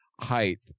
height